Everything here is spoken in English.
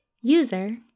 User